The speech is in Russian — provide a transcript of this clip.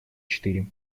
четыре